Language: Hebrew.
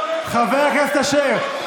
חבר הכנסת אשר,